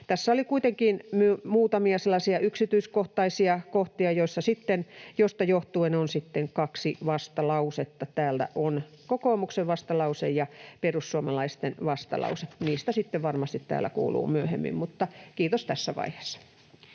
Tässä oli kuitenkin muutamia sellaisia yksityiskohtaisia kohtia, joista johtuen on sitten kaksi vastalausetta. Täällä on kokoomuksen vastalause ja perussuomalaisten vastalause. Niistä sitten varmasti täällä kuuluu myöhemmin, mutta kiitos tässä vaiheessa.